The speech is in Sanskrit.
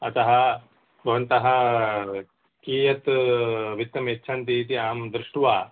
अतः भवन्तः कियत् वित्तम् यच्छन्ति इति अहं दृष्ट्वा